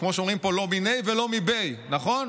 כמו שאומרים פה, לא מיניה ולא מביה, נכון?